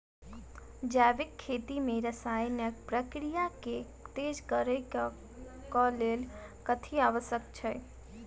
जैविक खेती मे रासायनिक प्रक्रिया केँ तेज करै केँ कऽ लेल कथी आवश्यक छै?